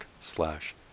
slash